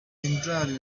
entirely